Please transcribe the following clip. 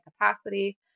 capacity